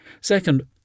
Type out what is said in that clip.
Second